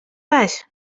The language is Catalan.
fas